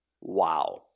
Wow